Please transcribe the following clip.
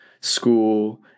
school